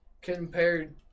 compared